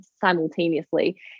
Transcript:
simultaneously